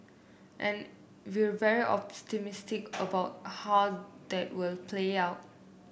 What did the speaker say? and we'll very optimistic about how that will play out